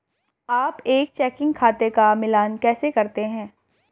आप एक चेकिंग खाते का मिलान कैसे करते हैं?